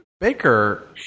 baker